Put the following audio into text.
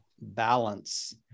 balance